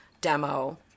demo